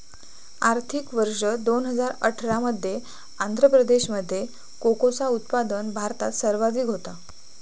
आर्थिक वर्ष दोन हजार अठरा मध्ये आंध्र प्रदेशामध्ये कोकोचा उत्पादन भारतात सर्वाधिक होता